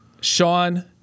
Sean